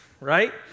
right